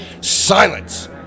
Silence